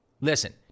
listen